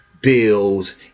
bills